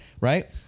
Right